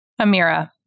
Amira